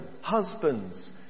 husbands